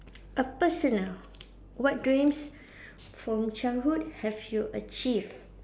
a personal what dreams from childhood have you achieved